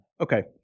Okay